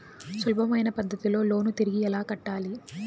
సులభమైన పద్ధతిలో లోను తిరిగి ఎలా కట్టాలి